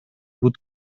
бут